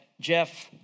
Jeff